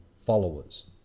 followers